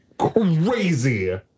crazy